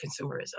consumerism